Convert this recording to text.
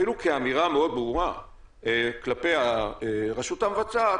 אפילו כאמירה מאוד ברורה כלפי הרשות המבצעת,